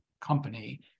company